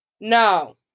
No